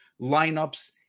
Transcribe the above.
lineups